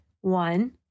One